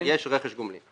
יש רכש גומלין.